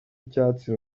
icyatsi